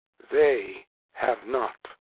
they have not.